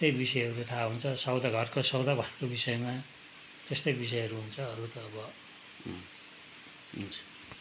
त्यही विषयहरू थाहा हुन्छ सौदा घरको सौदा घरको विषयमा त्यस्तै विषयहरू हुन्छ अरू त अब हुन्छ